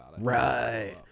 Right